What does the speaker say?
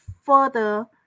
further